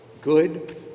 good